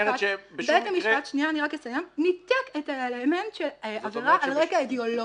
המשפט ניתק את האלמנט של עבירה על רקע אידיאולוגי.